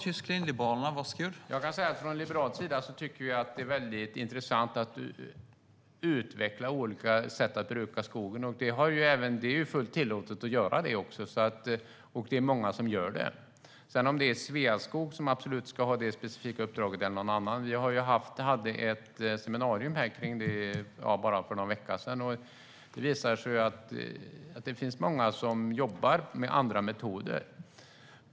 Herr talman! Från liberal sida tycker vi att det är mycket intressant att utveckla olika sätt att bruka skogen. Det är fullt tillåtet att göra det också, och det är många som gör det. Om det sedan är Sveaskog eller någon annan som ska ha detta specifika uppdrag vet jag inte. Vi hade ett seminarium om detta för bara någon vecka sedan. Det visade sig att det finns många som jobbar med andra metoder.